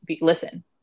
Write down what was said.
listen